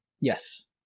Yes